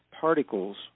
particles